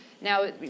Now